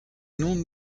noms